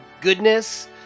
goodness